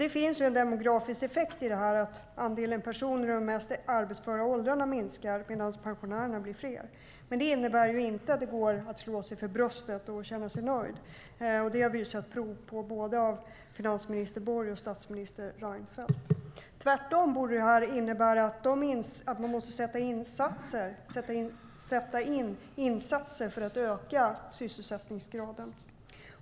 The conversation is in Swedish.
Det finns en demografisk effekt i det här, så att andelen personer i de mest arbetsföra åldrarna minskar medan pensionärerna blir fler. Men det innebär inte att det går att slå sig för bröstet och känna sig nöjd, som det har visats prov på av både finansminister Borg och statsminister Reinfeldt. Tvärtom borde det innebära att man måste sätta in insatser för att öka sysselsättningsgraden.